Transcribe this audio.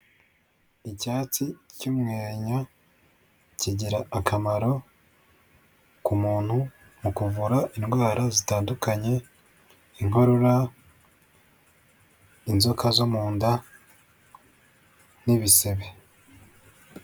Icyatsi cy'umwenya kigira akamaro ku muntu mu kuvura indwara zitandukanye, inkorora, inzoka zo mu nda n'ibisebe.